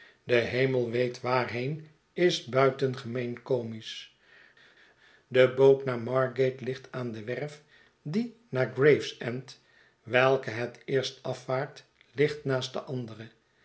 de hemel weet waarheen is buitengemeen comisch de boot naar margate ligt aan de werf die naar gravesend welke het eerst afvaart ligt naast de andere